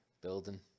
building